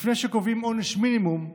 לפני שקובעים עונש מינימום,